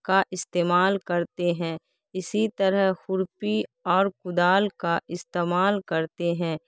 کا استعمال کرتے ہیں اسی طرح کھرپی اور کدال کا استعمال کرتے ہیں